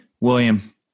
William